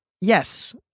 Yes